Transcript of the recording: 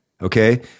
okay